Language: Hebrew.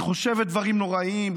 היא חושבת דברים נוראיים,